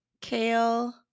kale